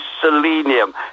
selenium